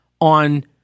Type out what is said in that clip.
on